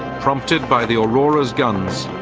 prompted by the aurora's guns,